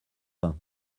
vingts